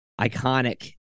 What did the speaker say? iconic